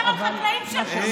בושה, בושה שאתה יושב בכנסת.